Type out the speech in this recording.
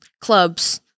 clubs